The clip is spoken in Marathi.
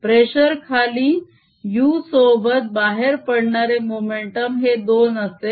प्रेशर खाली u सोबत बाहेर पडणारे मोमेंटम हे दोन असेल